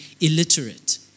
illiterate